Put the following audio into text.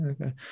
okay